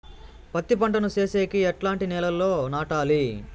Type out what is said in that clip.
పత్తి పంట ను సేసేకి ఎట్లాంటి నేలలో నాటాలి?